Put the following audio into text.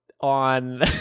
on